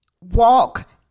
walk